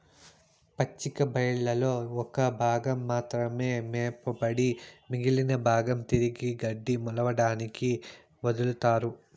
పచ్చిక బయళ్లలో ఒక భాగం మాత్రమే మేపబడి మిగిలిన భాగం తిరిగి గడ్డి మొలవడానికి వదులుతారు